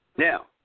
Now